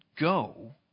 go